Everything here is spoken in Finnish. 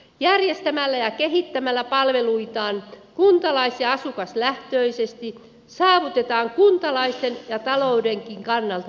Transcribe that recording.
järjestämällä ja kehittämällä palveluita kuntalais ja asukaslähtöisesti saavutetaan kuntalaisten ja taloudenkin kannalta parhaat ratkaisut